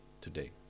today